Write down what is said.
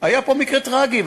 היה פה מקרה טרגי,